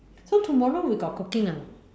so tomorrow we got cooking or not